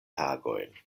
tagojn